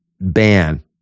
ban